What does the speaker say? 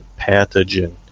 pathogen